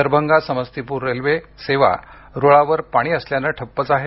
Darbhanga Samastipur railway सेवा रुळांवर पाणी असल्याने ठप्पच आहे